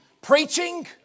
preaching